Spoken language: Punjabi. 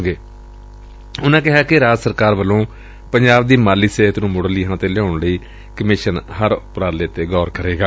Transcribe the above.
ਉਨੂਾਂ ਕਿਹਾ ਕਿ ਰਾਜ ਸਰਕਾਰ ਵੱਲੋਂ ਪੰਜਾਬ ਦੀ ਮਾਲੀ ਸਿਹਤ ਨੂੰ ਮੁੜ ਲੀਹਾਂ ਤੇ ਲਿਆਉਣ ਲਈ ਕਮਿਸ਼ਨ ਹਰ ਉਪਰਾਲੇ ਤੇ ਗੌਰ ਕਰੇਗਾ